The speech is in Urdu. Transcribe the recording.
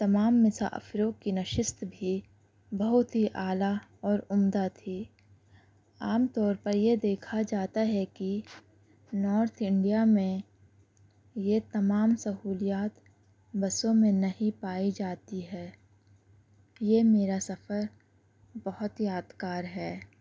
تمام مسافروں کی نشت بھی بہت ہی اعلیٰ اور عمدہ تھی عام طور پر یہ دیکھا جاتا ہے کہ نارتھ انڈیا میں یہ تمام سہولیات بسوں میں نہیں پائی جاتی ہے یہ میرا سفر بہت یاد گار ہے